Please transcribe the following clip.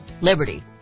Liberty